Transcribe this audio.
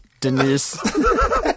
denise